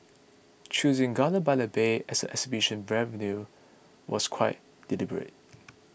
choosing Gardens by the Bay as a exhibition venue was quite deliberate